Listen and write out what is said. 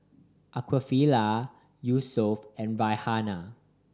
Aqeelah Yusuf and Raihana